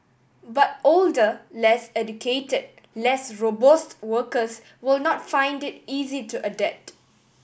but older less educated less robust workers will not find it easy to adapt